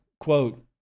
Quote